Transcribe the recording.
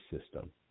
system